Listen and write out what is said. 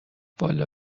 والا